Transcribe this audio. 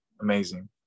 amazing